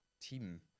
team